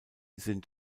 sind